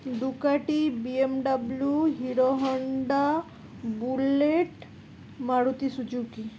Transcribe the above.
Ducati B M W Hero Honda Bullet Maruti Suzuki